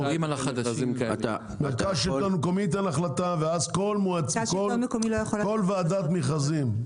מרכז שלטון מקומי ייתן החלטה, ואז כל ועדת מכרזים.